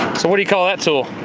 so, what do you call that so